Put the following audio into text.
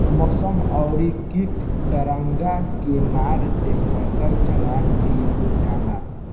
मौसम अउरी किट पतंगा के मार से फसल खराब भी हो जाला